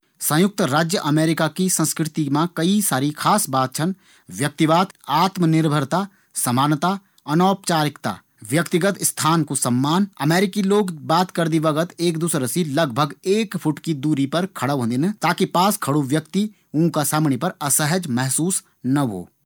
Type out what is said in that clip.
संयुक्त राज्य अमेरिका की संस्कृति मा कई सारी खास बात छन। व्यक्तिवाद, आत्मनिर्भरता, समानता, अनौपचारिकता, व्यक्तिगत स्थान कू सम्मान। अमेरिकी लोग बात करदी बगत एक दूसरा से लगभग एक फुट की दूरी पर खड़ा होंदीन ताकि पास खड़ा होंयाँ व्यक्ति ऊँका समणी पर असहज ना होंन।